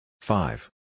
Five